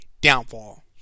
downfall